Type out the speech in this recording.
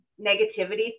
negativity